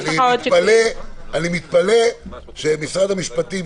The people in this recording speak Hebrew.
אני מתפלא על משרד המשפטים,